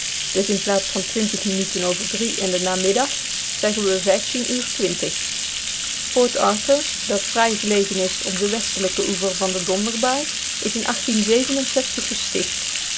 dus in plaats van twintig minuten over drie in den namiddag zeggen we vijftien uur twintig port arthur dat fraai gelegen is op den westelijken oever van de donderbaai is in gesticht